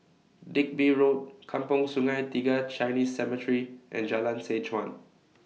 Digby Road Kampong Sungai Tiga Chinese Cemetery and Jalan Seh Chuan